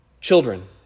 children